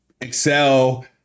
excel